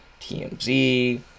tmz